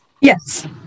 Yes